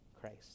Christ